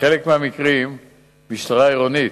בחלק מהמקרים משטרה עירונית,